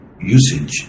usage